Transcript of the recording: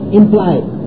implied